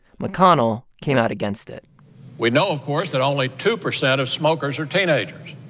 mcconnell came out against it we know, of course, that only two percent of smokers are teenagers.